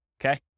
Okay